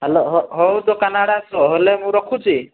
hello ହଉ ଦୋକାନ ଆଡ଼େ ଆସ ହେଲେ ମୁଁ ରଖୁଛି